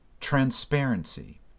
Transparency